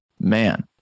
man